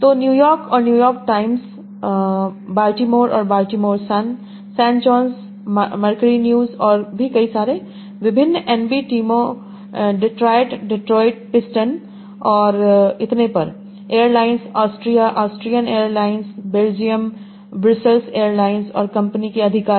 तो न्यूयॉर्क और New York Times संदर्भ समय 1712 बाल्टीमोर और Baltimore Sun San Jose Mercury News और भी कई सारे विभिन्न एनबीए टीमों डेट्रायट डेट्रोइट पिस्टन और इतने पर airlines Austria Austrian Airlines Belgium Brussels Airlines और कंपनी के अधिकारी